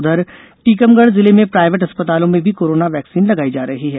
उधर टीकमगढ़ जिले में प्राइवेट अस्पतालों में भी कोरोना वैक्सीन लगाई जा रही है